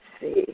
see